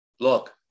Look